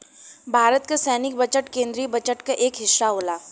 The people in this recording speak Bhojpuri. भारत क सैनिक बजट केन्द्रीय बजट क एक हिस्सा होला